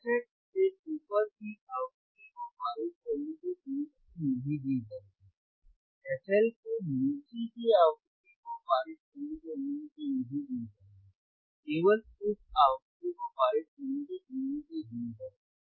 fH से ऊपर की आवृत्ति को पारित करने की अनुमति नहीं दी जाएगी fL के नीचे की आवृत्ति को पारित करने की अनुमति नहीं दी जाएगी केवल इस आवृत्ति को पारित करने की अनुमति दी जाएगी